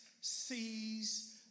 sees